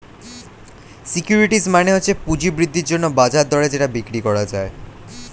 securities মানে হচ্ছে পুঁজি বৃদ্ধির জন্যে বাজার দরে যেটা বিক্রি করা যায়